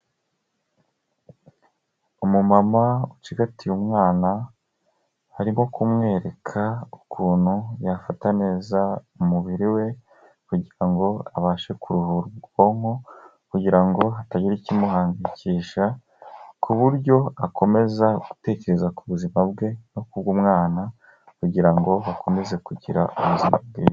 Umumama ucigatiye umwana, arimo kumwereka ukuntu yafata neza umubiri we kugira ngo abashe kuruhura ubwonko kugira ngo hatagira ikimuhangayikisha, ku buryo akomeza gutekereza ku buzima bwe no ku bw'umwana kugira ngo akomeze kugira ubuzima bwiza.